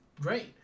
great